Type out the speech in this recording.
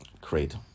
Great